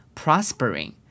prospering